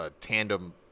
tandem